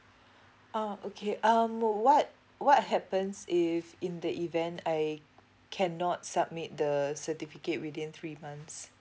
oh okay um what what happens if in the event I cannot submit the certificate within three months